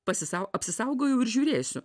pasisau apsisaugojau ir žiūrėsiu